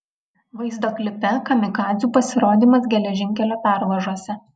vaizdo klipe kamikadzių pasirodymas geležinkelio pervažose